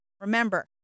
Remember